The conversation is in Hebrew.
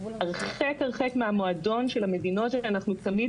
הרחק הרחק מהמועדון של המדינות האלה שאנחנו תמיד